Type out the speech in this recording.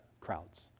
crowds